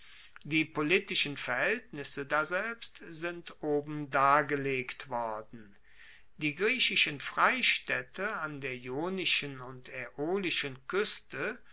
die politischen verhaeltnisse daselbst sind oben dargelegt worden die griechischen freistaedte an der ionischen und aeolischen kueste